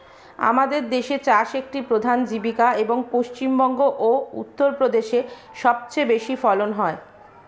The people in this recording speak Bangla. আমাদের দেশে চাষ একটি প্রধান জীবিকা, এবং পশ্চিমবঙ্গ ও উত্তরপ্রদেশে সবচেয়ে বেশি ফলন হয়